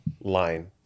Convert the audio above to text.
line